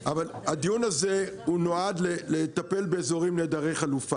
הדיון הזה הוא נועד לטפל באזורים נעדרי חלופה,